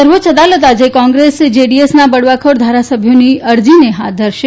સર્વોચ્ય અદાલત આજે કોંગ્રેસ જેડીએસના બળવાખોર ધારાસભ્યોની અરજીને હાથ ધરશે